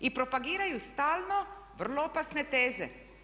I propagiraju stalno vrlo opasne teze.